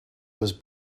was